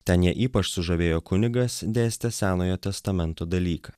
ten ją ypač sužavėjo kunigas dėstęs senojo testamento dalyką